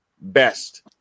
best